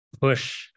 push